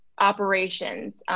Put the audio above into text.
operations